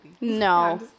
No